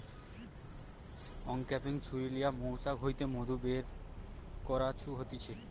uncapping ছুরি লিয়া মৌচাক হইতে মধু বের করাঢু হতিছে